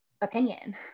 opinion